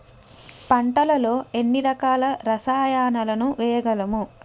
పంటలలో ఎన్ని రకాల రసాయనాలను వేయగలము?